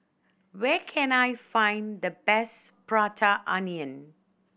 where can I find the best Prata Onion